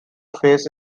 face